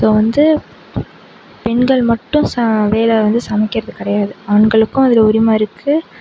so வந்து பெண்கள் மட்டும் ச வேலை வந்து சமைக்கிறது கிடையாது ஆண்களுக்கும் அதில் உரிமை இருக்குது